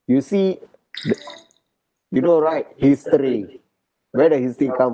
you see you know right history where the history come